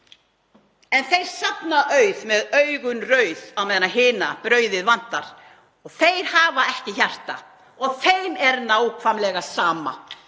en þeir safna auð með augun rauð á meðan hina brauðið vantar og þeir hafa ekki hjarta og þeim er nákvæmlega sama.